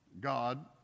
God